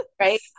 right